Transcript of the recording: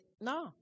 No